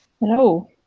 Hello